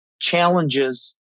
challenges